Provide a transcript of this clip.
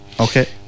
Okay